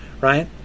right